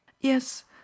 Yes